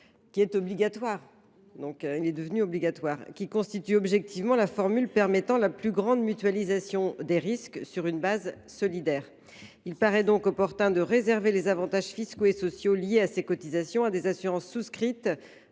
d’un contrat collectif obligatoire, qui constitue objectivement la formule permettant la plus grande mutualisation des risques sur une base solidaire. Il paraît donc opportun de réserver les avantages fiscaux et sociaux liés à ces cotisations à des assurances souscrites